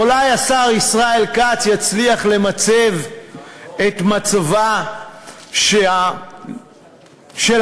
אולי השר ישראל כץ יצליח למצב את מצבה של הממשלה,